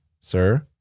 sir